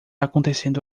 acontecendo